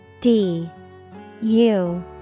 D-U-